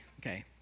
okay